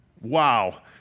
Wow